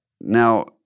Now